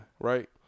right